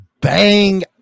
bang